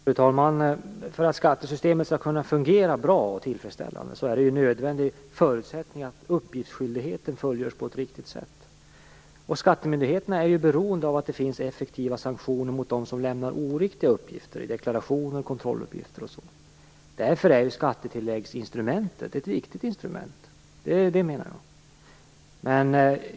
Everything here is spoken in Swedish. Fru talman! För att skattesystemet skall kunna fungera bra och tillfredsställande är det en nödvändig förutsättning att uppgiftsskyldigheten fullgörs på ett riktigt sätt. Skattemyndigheterna är beroende av att det finns effektiva sanktioner mot dem som lämnar oriktiga uppgifter i deklarationer, kontrolluppgifter och liknande. Därför är skattetilläggsinstrumentet ett viktigt instrument. Det menar jag.